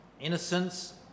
Innocence